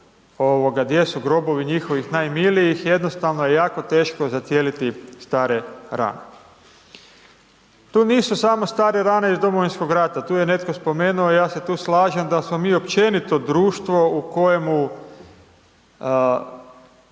gdje su grobovi njihovih najmilijih, jednostavno je jako teško zacijeliti stare rane. To nisu samo stare rane iz Domovinskog rata, tu je netko spomenuo, ja se tu slažem da smo mi općenito društvo u kojemu